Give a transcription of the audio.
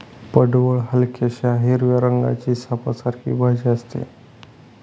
पडवळ हलक्याशा हिरव्या रंगाची सापासारखी भाजी असते